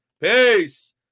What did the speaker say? Peace